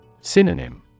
Synonym